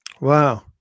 Wow